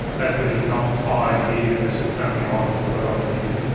that's because it's not tied here and it's just permanently on cause i've got it on air here.